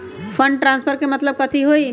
Fund transfer के मतलब कथी होई?